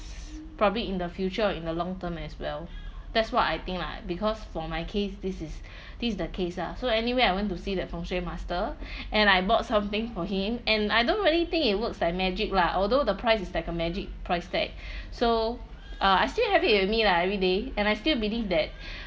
probably in the future in the long term as well that's what I think lah because for my case this is this is the case ah so anyway I went to see that feng shui master and I bought something from him and I don't really think it works like magic lah although the price is like a magic price tag so uh I still have it with me lah everyday and I still believe that